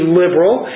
liberal